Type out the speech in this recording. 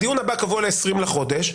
הדיון הבא קבוע ל-20 לחודש,